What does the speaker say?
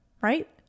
right